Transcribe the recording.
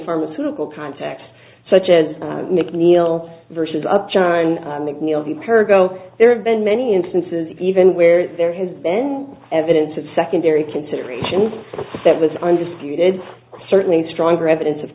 pharmaceutical context such as mcneil vs upjohn neal the pair go there have been many instances even where there has been evidence of secondary consideration that was undisputed certainly stronger evidence of